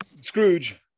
scrooge